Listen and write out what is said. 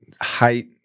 height